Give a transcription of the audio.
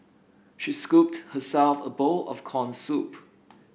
she scooped herself a bowl of corn soup